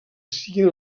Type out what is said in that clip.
siguin